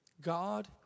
God